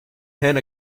hand